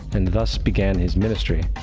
and thus began his ministry.